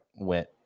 went